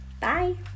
Bye